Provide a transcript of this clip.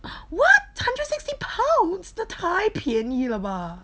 what hundred sixty pounds 那太便宜了吧